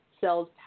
cells